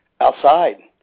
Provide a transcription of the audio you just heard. outside